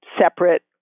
separate